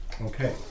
Okay